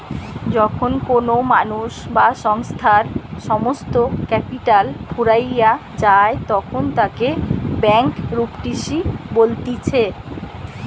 যখন কোনো মানুষ বা সংস্থার সমস্ত ক্যাপিটাল ফুরাইয়া যায়তখন তাকে ব্যাংকরূপটিসি বলতিছে